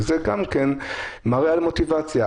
זה גם כן מראה על מוטיבציה.